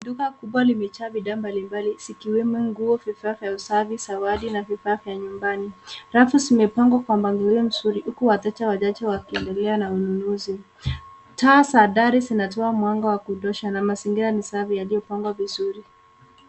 Duka kubwa limejaa bidhaa mbalimbali zikiwemo nguo, bidhaa za usafi, zawadi na bidhaa za nyumbani. Rafu zimepangwa kwa mpangilio mzuri huku wateja wachache wakiendelea na ununuzi. Taa za dari zinatoa mwanga wa kutosha na mazingira ni safi yaliyopangwa vizuri.